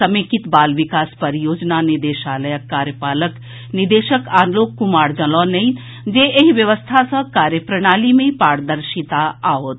समेकित बाल विकास परियोजना निदेशालयक कार्यपालक निदेशक आलोक कुमार जनौलनि जे एहि व्यवस्था सँ कार्य प्रणाली मे पारदर्शिता आओत